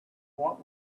what